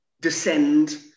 descend